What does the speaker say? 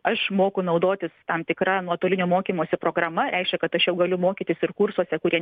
aš moku naudotis tam tikra nuotolinio mokymosi programa reiškia kad aš jau galiu mokytis ir kursuose kurie